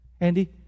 Andy